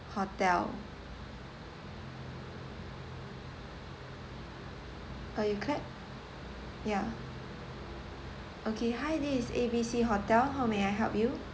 hotel ah you clap ya okay hi this is A B C hotel how may I help you